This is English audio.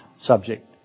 subject